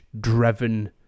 driven